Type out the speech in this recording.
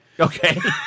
Okay